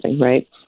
right